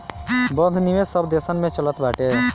बंध निवेश सब देसन में चलत बाटे